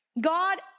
God